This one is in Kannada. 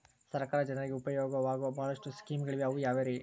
ಸರ್ಕಾರ ಜನರಿಗೆ ಉಪಯೋಗವಾಗೋ ಬಹಳಷ್ಟು ಸ್ಕೇಮುಗಳಿವೆ ಅವು ಯಾವ್ಯಾವ್ರಿ?